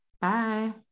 Bye